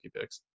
picks